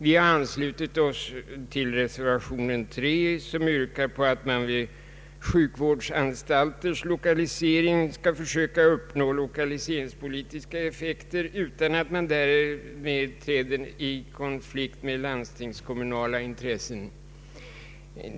Vi har anslutit oss till reservation 3 som yrkar på att man vid sjukvårdsanstalters lokalisering skall försöka uppnå lokaliseringspolitiska effekter utan Ang. regionalpolitiken att man därmed träder i konflikt med landstingskommunala intressen.